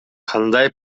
кандай